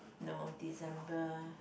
no December